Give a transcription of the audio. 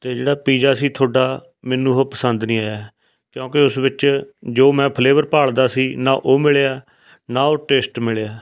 ਅਤੇ ਜਿਹੜਾ ਪੀਜ਼ਾ ਸੀ ਤੁਹਾਡਾ ਮੈਨੂੰ ਉਹ ਪਸੰਦ ਨਹੀਂ ਆਇਆ ਕਿਉਂਕਿ ਉਸ ਵਿੱਚ ਜੋ ਮੈਂ ਫਲੇਵਰ ਭਾਲਦਾ ਸੀ ਨਾ ਉਹ ਮਿਲਿਆ ਨਾ ਉਹ ਟੇਸਟ ਮਿਲਿਆ